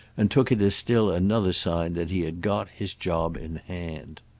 and took it as still another sign that he had got his job in hand.